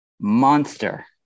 monster